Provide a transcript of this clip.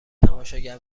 تماشاگر